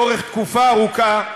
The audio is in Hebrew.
לאורך תקופה ארוכה,